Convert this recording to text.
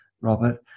Robert